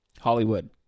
Hollywood